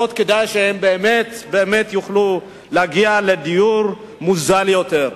כדי שבאמת באמת יוכלו להגיע לדיור מוזל יותר.